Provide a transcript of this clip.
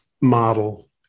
model